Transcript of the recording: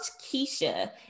Keisha